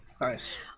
Nice